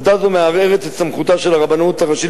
עובדה זו מערערת את סמכותה של הרבנות הראשית